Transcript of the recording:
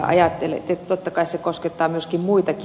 totta kai se koskettaa myös muitakin